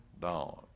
dawn